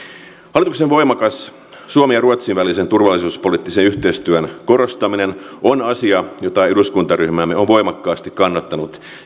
hallituksen voimakas suomen ja ruotsin välisen turvallisuuspoliittisen yhteistyön korostaminen on asia jota eduskuntaryhmämme on voimakkaasti kannattanut